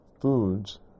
foods